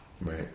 Right